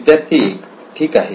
विद्यार्थी 1 ठीक आहे